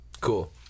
Cool